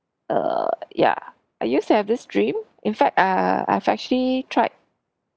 err yeah I used to have this dream in fact err I've actually tried